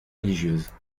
religieuses